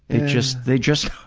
it just, they're just,